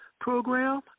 program